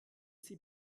sie